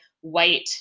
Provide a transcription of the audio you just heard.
white